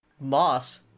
Moss